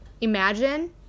Imagine